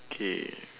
K